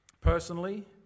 Personally